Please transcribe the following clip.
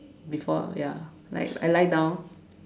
before ya like I lie down